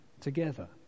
together